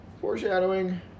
foreshadowing